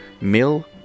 Mill